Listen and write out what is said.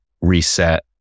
reset